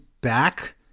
back